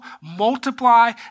multiply